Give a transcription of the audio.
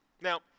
Now